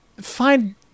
find